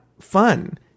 fun